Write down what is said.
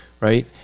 right